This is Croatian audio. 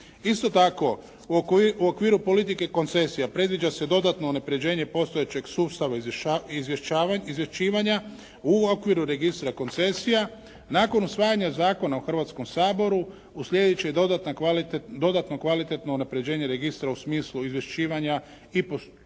Isto tako u okviru politike koncesija predviđa se dodatno unapređenje postojećeg sustava izvješćivanja u okviru registra koncesija. Nakon usvajanja zakona u Hrvatskom saboru uslijedit će dodatno kvalitetno unaprjeđenje registra u smislu izvješćivanja i postupanja